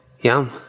Yum